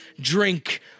drink